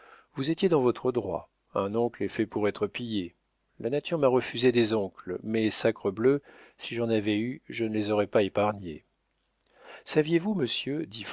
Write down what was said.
vous étiez dans votre droit un oncle est fait pour être pillé la nature m'a refusé des oncles mais sacrebleu si j'en avais eu je ne les aurais pas épargnés saviez-vous monsieur